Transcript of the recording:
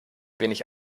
wenig